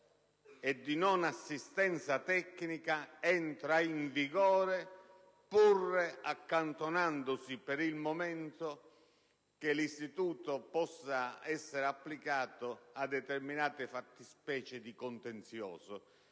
e di non assistenza tecnica, entra in vigore, pur accantonandosi per il momento che esso possa essere applicato a determinate fattispecie di contenzioso,